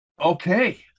Okay